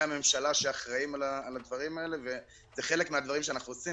הממשלה שאחראים על הדברים האלה וזה חלק מהדברים שאנחנו עושים.